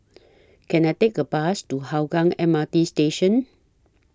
Can I Take A Bus to Hougang M R T Station